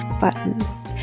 buttons